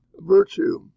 virtue